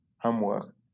homework